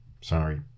Sorry